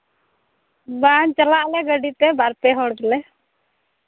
ᱵᱟᱝ ᱪᱟᱞᱟᱜ ᱟᱞᱮ ᱜᱟᱹᱰᱤ ᱛᱮ ᱵᱟᱨ ᱯᱮ ᱦᱚᱲ ᱞᱮ